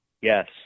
Yes